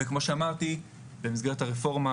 כמו שאמרתי, במסגרת הרפורמה